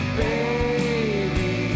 baby